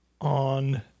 on